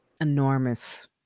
enormous